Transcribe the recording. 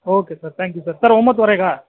okay sir thank you sir sir ಒಂಬತ್ತುವರೆಗಾ